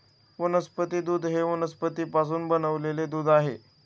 वनस्पती दूध हे वनस्पतींपासून बनविलेले दूध आहे